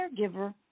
caregiver